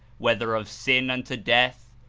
whether of sin unto death,